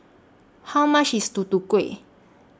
How much IS Tutu Kueh